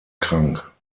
krank